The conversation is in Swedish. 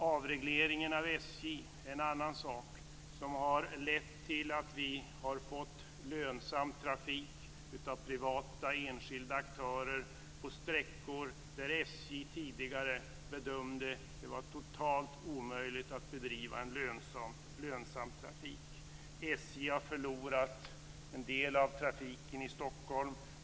Avregleringen av SJ är en annan sak som har lett till att vi har fått lönsam trafik av privata enskilda aktörer på sträckor där SJ tidigare bedömde att det var totalt omöjligt att bedriva en lönsam trafik. SJ har förlorat en del av trafiken i Stockholm.